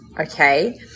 Okay